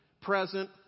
present